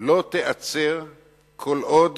לא ייעצר כל עוד